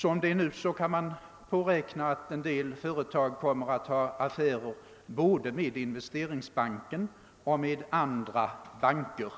Som det nu är kan man påräkna att en del företag kommer att ha affärer både med Investeringsbanken och med andra banker.